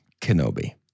Kenobi